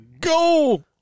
go